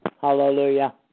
Hallelujah